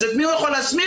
את מי הוא יכול להסמיך?